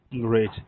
Great